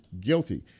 guilty